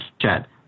chat